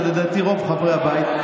לדעתי רוב חברי הבית,